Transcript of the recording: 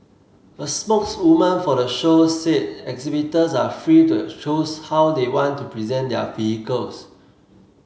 a spokeswoman for the show said exhibitors are free to choose how they want to present their vehicles